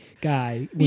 guy